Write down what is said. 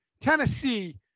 Tennessee